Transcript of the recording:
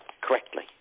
correctly